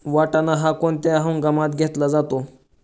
वाटाणा हा कोणत्या हंगामात घेतला जातो?